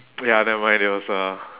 ya never mind it was uh